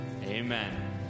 Amen